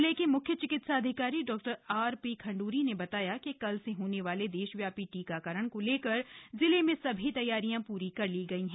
जिले के मुख्य चिकित्साधिकारी डॉ आर पी खण्ड्री ने बताया कि कल से होने वाले देशव्यापी टीकाकरण को लेकर जिले में सभी तैयारियां पूरी कर ली गयी है